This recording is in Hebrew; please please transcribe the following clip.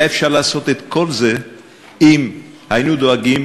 היה אפשר לעשות את כל זה אם היינו דואגים